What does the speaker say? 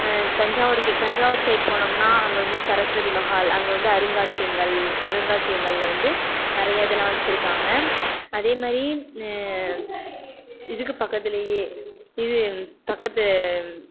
தஞ்சாவூர்க்கு Thanjavur side போனோம்னால் அங்கே வந்து சரஸ்வதி மஹால் அங்கே வந்து அருங்காட்சியங்கள் அருங்காட்சியங்களில் வந்து நிறைய இதெல்லாம் வச்சிருக்காங்க அதேமாதிரி இதுக்கு பக்கத்திலேயே இது பக்கத்து